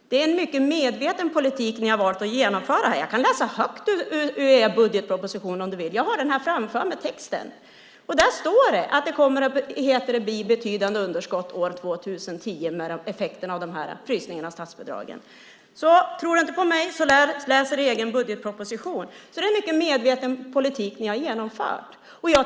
Det är en mycket medveten politik ni har valt att genomföra. Jag kan läsa högt ur er budgetproposition om du vill, jag har den framför mig. Där står det att det blir betydande underskott år 2010 som effekt av frysningen av statsbidragen. Tror du inte på mig, läs er egen budgetproposition! Det är en mycket medveten politik ni har genomfört.